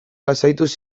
lasaituz